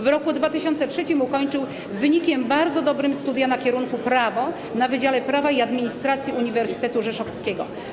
W roku 2003 ukończył z wynikiem bardzo dobrym studia na kierunku prawo na Wydziale Prawa i Administracji Uniwersytetu Rzeszowskiego.